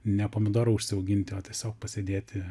ne pomidorą užsiauginti o tiesiog pasėdėti